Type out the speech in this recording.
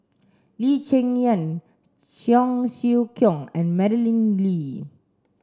Lee Cheng Yan Cheong Siew Keong and Madeleine Lee